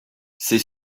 c’est